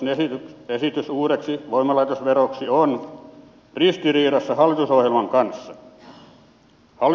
hallituksen esitys uudeksi voimalaitosveroksi on ristiriidassa hallitusohjelman kanssa